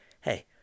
hey